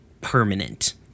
permanent